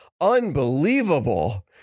unbelievable